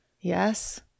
Yes